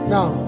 Now